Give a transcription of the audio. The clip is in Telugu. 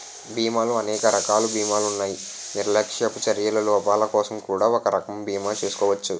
బీమాలో అనేక రకాల బీమాలున్నాయి నిర్లక్ష్యపు చర్యల లోపాలకోసం కూడా ఒక రకం బీమా చేసుకోచ్చు